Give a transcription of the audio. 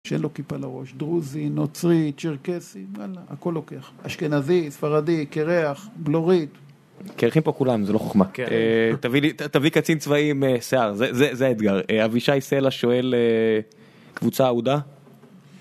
שאין לו כיפה לראש, דרוזי, נוצרי, צ'רקסי, והלאה, הכל לוקח. אשכנזי, ספרדי, קרח, בלורית. קרחים פה כולם, זה לא חכמה. תביא קצין צבאי עם שיער, זה אתגר. אבישי סלע שואל קבוצה אהודה.